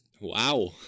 Wow